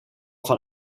van